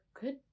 good